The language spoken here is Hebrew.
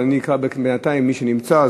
אני אקרא בינתיים למי שנמצא,